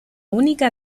única